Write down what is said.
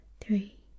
three